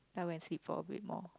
then I went to sleep for a bit more